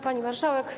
Pani Marszałek!